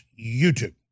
YouTube